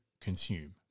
consume